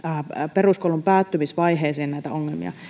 peruskoulun päättymisvaiheeseen näitä ongelmia